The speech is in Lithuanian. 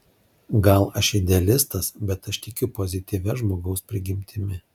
gal aš idealistas bet aš tikiu pozityvia žmogaus prigimtimi